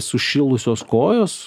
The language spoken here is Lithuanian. sušilusios kojos